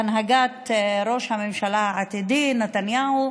בהנהגת ראש הממשלה העתידי מר נתניהו,